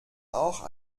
auch